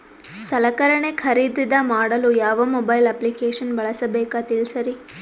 ಸಲಕರಣೆ ಖರದಿದ ಮಾಡಲು ಯಾವ ಮೊಬೈಲ್ ಅಪ್ಲಿಕೇಶನ್ ಬಳಸಬೇಕ ತಿಲ್ಸರಿ?